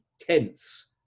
tense